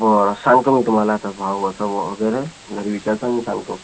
बरं सांगतो मी तुम्हाला तर भाव असा वगैरे घरी विचारतो नी सांगतो